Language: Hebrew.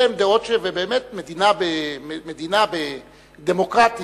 אלה הן דעות שבאמת מדינה דמוקרטית,